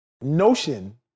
notion